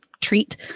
treat